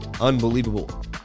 Unbelievable